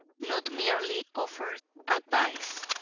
not merely offer advice.